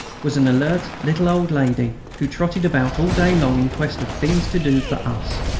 was an alert little old lady who trotted about all day long in quest of things to do for us.